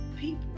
people